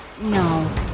No